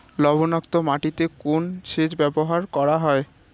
লবণাক্ত মাটিতে কোন সেচ ব্যবহার করা হয়?